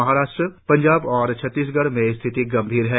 महाराष्ट्र पंजाब और छत्तीसगढ़ में स्थिति गंभीर है